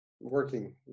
working